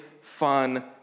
fun